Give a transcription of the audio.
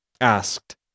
asked